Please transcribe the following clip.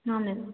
ହଁ ମ୍ୟାମ୍